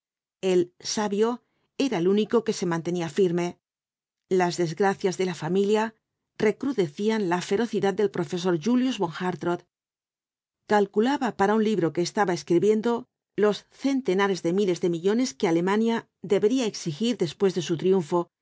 el sabio era el único que se mantenía firme las desgracias de la familia recrudecían la ferocidad del profesor julius von hartrott calculaba para un libro que estaba escribiendo los centenares de miles de millones que alemania debería exigir después de su triunfo